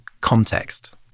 context